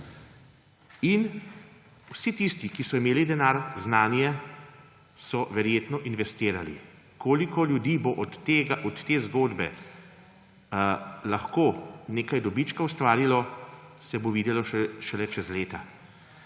Vsi tisti, ki so imeli denar, znanje, so verjetno investirali. Koliko ljudi bo od te zgodbe lahko nekaj dobička ustvarilo, se bo videlo šele čez leta.